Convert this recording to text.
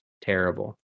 terrible